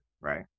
right